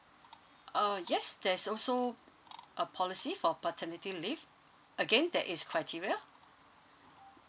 uh yes there's also a policy for paternity leave again that is criteria